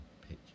picture